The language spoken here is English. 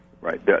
Right